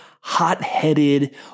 hot-headed